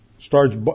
starts